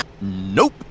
Nope